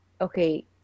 okay